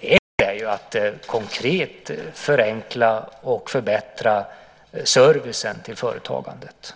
En åtgärd är att konkret förenkla och förbättra servicen till företagandet.